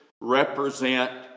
represent